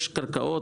יש קרקעות,